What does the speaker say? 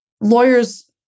Lawyers